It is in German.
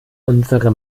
unsere